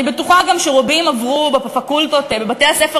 אני בטוחה גם שרבים עברו בפקולטות ובבתי-הספר